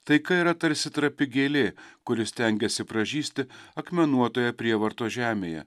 taika yra tarsi trapi gėlė kuri stengiasi pražysti akmenuotoje prievartos žemėje